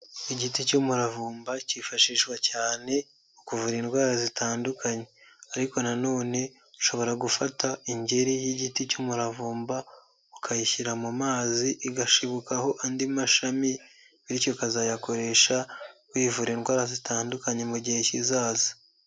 Igiti cy'umuravumba cyifashishwa cyane mu kuvura indwara zitandukanye. Ariko na none ushobora gufata ingeri y'igiti cy'umuravumba ukayishyira mu mazi igashibukaho andi mashami, bityo ukazayakoresha wivura indwara zitandukanye mu gihe kizaza.